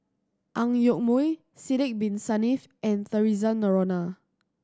Ang Yoke Mooi Sidek Bin Saniff and Theresa Noronha